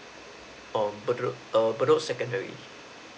um bedok err bedok secondary